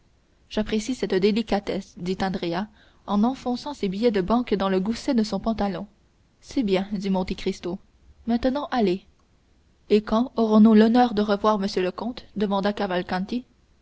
j'apprécie cette délicatesse dit andrea en enfonçant ses billets de banque dans le gousset de son pantalon c'est bien dit monte cristo maintenant allez et quand aurons-nous l'honneur de revoir m le comte demanda cavalcanti